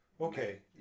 Okay